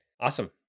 Awesome